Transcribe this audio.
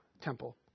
temple